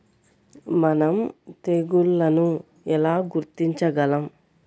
మనం తెగుళ్లను ఎలా గుర్తించగలం?